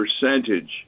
percentage